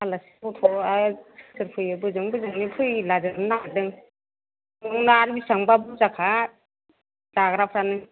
आलासि गथ'आ सोर फैयो बोजों बोजोंनि फैलागोन लागोन बेसांबा बुरजाखा जाग्राफ्रानो